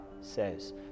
says